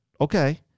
Okay